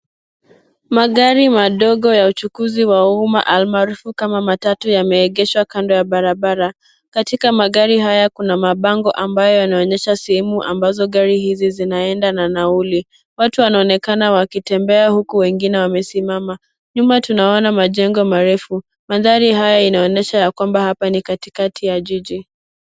Magari madogo ya uchukuzi wa umma almarufu kama matatu yameegeshwa kando ya barabara. Katika magari haya kuna mabango ambayo yanaonyesha sehemu ambazo gari hizi zinaenda na nauli. Watu wanaonekana wakitembea huku wengine wamesimama. Nyuma tunaona majengo marefu. Mandhari haya inaonyesha ya kwamba hapa ni katikati ya jiji.